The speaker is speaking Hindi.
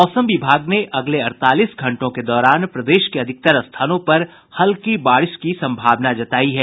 मौसम विभाग ने अगले अड़तालीस घंटों के दौरान प्रदेश के अधिकतर स्थानों पर हल्की बारिश की संभावना जतायी है